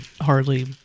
hardly